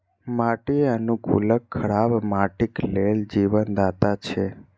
माटि अनुकूलक खराब माटिक लेल जीवनदाता छै